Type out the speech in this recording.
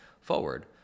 forward